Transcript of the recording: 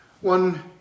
one